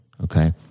okay